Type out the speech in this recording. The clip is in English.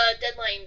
deadline